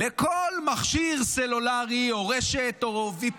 לכל מכשיר סלולרי או רשת או VPN